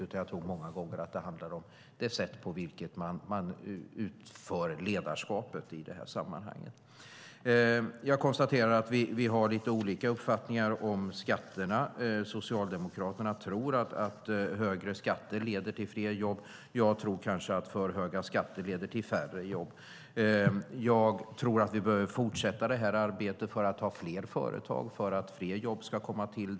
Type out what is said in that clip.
Det handlar många gånger om det sätt på vilket man utför ledarskapet i sammanhanget. Jag konstaterar att vi har lite olika uppfattningar om skatterna. Socialdemokraterna tror att högre skatter leder till fler jobb. Jag tror kanske att för höga skatter leder till färre jobb. Vi behöver fortsätta arbetet för att ha fler företag och att fler jobb ska komma till.